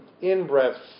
in-breath